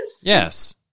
Yes